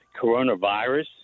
coronavirus